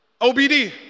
OBD